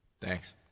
Thanks